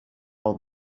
all